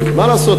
מה לעשות,